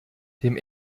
dem